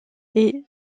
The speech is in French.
est